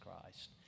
Christ